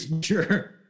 sure